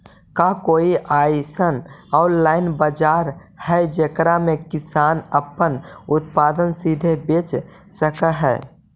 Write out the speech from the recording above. का कोई अइसन ऑनलाइन बाजार हई जेकरा में किसान अपन उत्पादन सीधे बेच सक हई?